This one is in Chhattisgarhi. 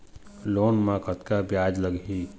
लोन म कतका ब्याज लगही?